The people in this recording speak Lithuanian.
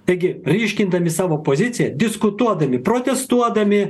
taigi ryškindami savo poziciją diskutuodami protestuodami